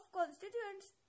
constituents